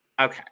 okay